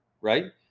right